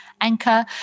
Anchor